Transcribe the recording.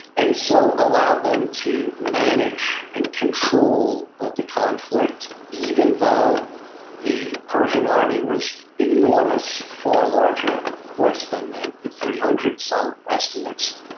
and so allowed them to manage and control the conflict, even though the persian army was enormous, far larger of course than the the three hundred. some estimates,